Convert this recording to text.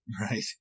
Right